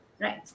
Right